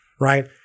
Right